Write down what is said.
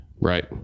Right